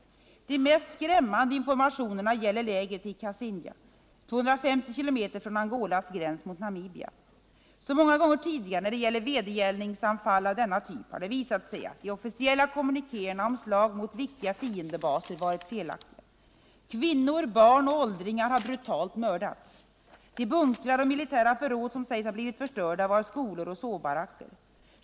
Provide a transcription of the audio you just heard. De mest skrämmande informationerna gäller lägret i Cassinga, 250 km från Angolas gräns mot Namibia. Som många gånger tidigare när det gäller vedergällningsanfall av denna typ har det visat sig att de officiella kommunikéerna om slag mot viktiga fiendebaser varit felaktiga. Kvinnor, barn och åldringar har brutalt mördats. De bunkrar och militära förråd som sägs ha blivit förstörda var skolor och sovbaracker.